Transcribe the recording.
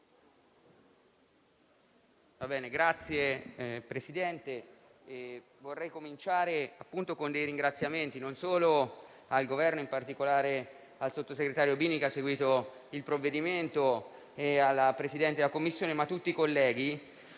Signor Presidente, vorrei cominciare facendo dei ringraziamenti non solo al Governo - e in particolare al sottosegretario Bini che ha seguito il provvedimento e alla Presidente della Commissione - ma anche a tutti colleghi.